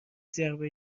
ضربه